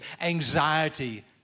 Anxiety